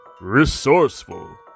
Resourceful